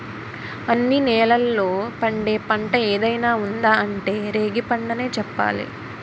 అన్ని నేలల్లో పండే పంట ఏదైనా ఉందా అంటే రేగిపండనే చెప్పాలి